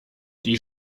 die